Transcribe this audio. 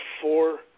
four